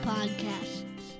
Podcasts